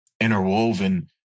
interwoven